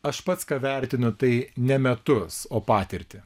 aš pats vertinu tai ne metus o patirtį